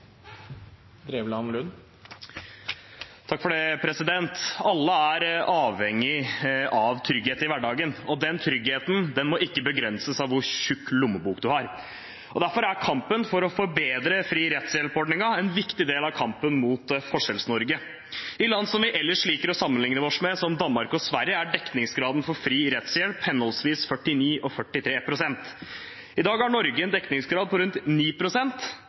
Alle er avhengig av trygghet i hverdagen, og den tryggheten må ikke begrenses av hvor tjukk lommebok man har. Derfor er kampen for å forbedre ordningen med fri rettshjelp en viktig del av kampen mot Forskjells-Norge. I land vi ellers liker å sammenligne oss med, som Danmark og Sverige, er dekningsgraden for fri rettshjelp henholdsvis 49 pst. og 43 pst. I dag har Norge en dekningsgrad på rundt